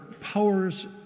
powers